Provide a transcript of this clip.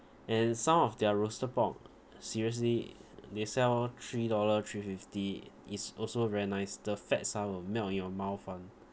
and some of their roasted pork seriously they sell three dollar three fifty is also very nice the fats ah will melt in your mouth [one]